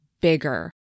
bigger